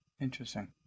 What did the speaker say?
Interesting